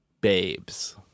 babes